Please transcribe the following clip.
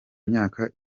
myaka